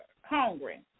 hungry